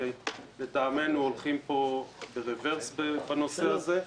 כי לדעתנו הולכים פה ברוורס בנושא הזה,